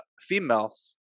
females